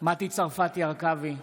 מטי צרפתי הרכבי,